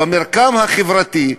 במרקם החברתי,